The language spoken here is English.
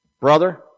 brother